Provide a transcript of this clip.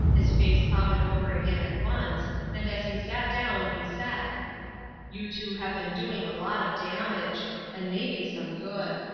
his face clouded over again at once and as he sat down he said you too have been doing a lot of damage and maybe some good.